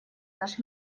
наш